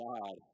God